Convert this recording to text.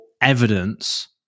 evidence